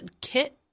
kit